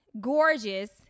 gorgeous